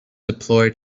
deploy